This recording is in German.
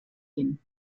hin